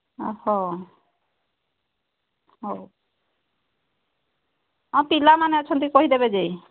ଓ ହୋ ହଉ ହଁ ପିଲାମାନେ ଅଛନ୍ତି କହିଦେବେ ଯେ